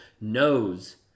knows